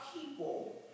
people